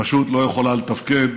פשוט לא יכולה לתפקד.